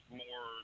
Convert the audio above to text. more